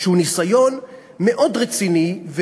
שהוא ניסיון מאוד רציני,